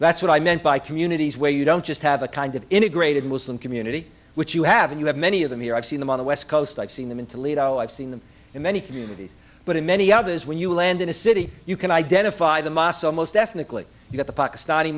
that's what i meant by communities where you don't just have a kind of integrated muslim community which you have and you have many of them here i've seen them on the west coast i've seen them in toledo i've seen them in many communities but in many others when you land in a city you can identify the mosque so most ethnically you get the pakistani